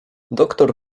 doktor